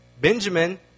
Benjamin